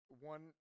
one